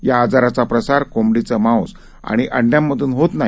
या आजाराचा प्रसार कोंबडीचं मांस आणि अंडय़ांमधून होत नाही